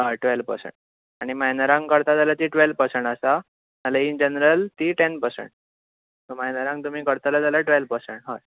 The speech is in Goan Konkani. हय टुवेल पर्सेट आनी मायनरांक करता जाल्यार ती टुवेल पर्सेट आसा नाल्या इन जेनरल ती टॅन पर्सेट सो मायनरांक तुमी करतले जाल्यार टुवेल पर्सेट हय